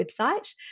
website